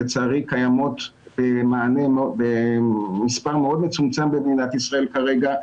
שלצערי קיימות במספר מאוד מצומצם במדינת ישראל כרגע,